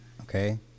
Okay